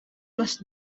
was